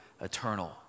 eternal